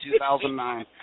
2009